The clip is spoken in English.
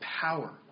power